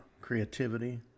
creativity